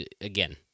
Again